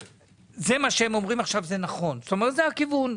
מה שהם אומרים עכשיו זה נכון, וזה הכיוון,